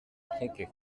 troquet